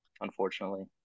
unfortunately